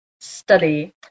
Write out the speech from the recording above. study